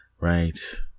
Right